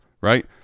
right